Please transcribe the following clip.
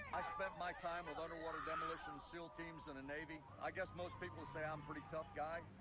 i've spent my time with underwater demolition seal teams in the navy. i guess most people say i'm pretty tough guy,